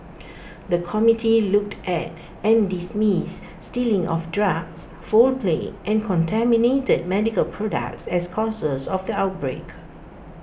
the committee looked at and dismissed stealing of drugs foul play and contaminated medical products as causes of the outbreak